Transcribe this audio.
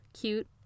cute